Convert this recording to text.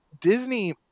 Disney